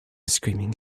screaming